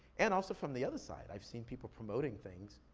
and also from the other side, i've seen people promoting things,